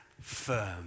firm